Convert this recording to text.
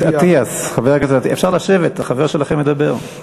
חבר הכנסת אטיאס, אפשר לשבת, החבר שלכם מדבר.